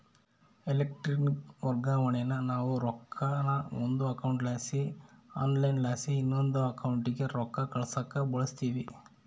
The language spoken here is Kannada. ಎಲೆಕ್ಟ್ರಾನಿಕ್ ವರ್ಗಾವಣೇನಾ ನಾವು ರೊಕ್ಕಾನ ಒಂದು ಅಕೌಂಟ್ಲಾಸಿ ಆನ್ಲೈನ್ಲಾಸಿ ಇನವಂದ್ ಅಕೌಂಟಿಗೆ ರೊಕ್ಕ ಕಳ್ಸಾಕ ಬಳುಸ್ತೀವಿ